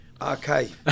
Okay